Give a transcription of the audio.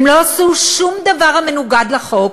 הם לא עשו שום דבר המנוגד לחוק,